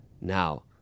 Now